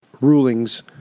rulings